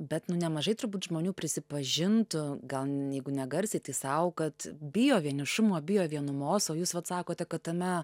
bet nu nemažai turbūt žmonių prisipažintų gal nu jeigu negarsiai tai sau kad bijo vienišumo bijo vienumos o jūs vat sakote kad tame